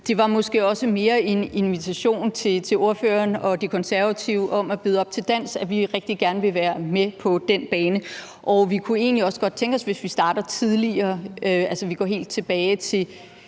Det var måske også mere en invitation til ordføreren og De Konservative om at byde op til dans, og at vi rigtig gerne vil være med på den bane. Og vi kunne egentlig også godt tænke os, hvis vi starter tidligere, altså at man går helt tilbage til